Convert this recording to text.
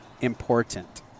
important